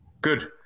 good